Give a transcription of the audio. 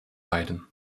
beiden